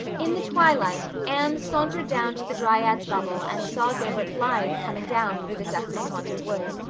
in the twilight anne sauntered down to the dryad's bubble and saw gilbert blythe coming down through the dusky haunted wood.